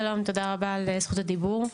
שלום, תודה רבה על זכות הדיבור.